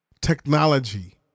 technology